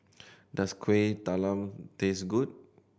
does Kuih Talam taste good